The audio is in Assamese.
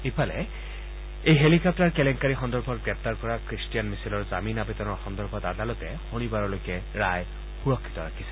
ইফালে এই হেলিকপ্তাৰ কেলেংকাৰি সন্দৰ্ভত গ্ৰেপ্তাৰ কৰা খ্ৰীষ্টিয়ান মিছেলৰ জামিন আবেদনৰ সন্দৰ্ভত আদালতে শনিবাৰলৈকে ৰায় সুৰক্ষিত ৰাখিছে